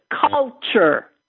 culture